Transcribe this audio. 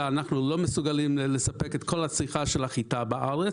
אנחנו לא מסוגלים לספק את כל הצריכה של החיטה בארץ,